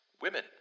women